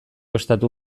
estatu